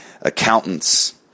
accountants